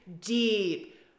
Deep